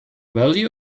value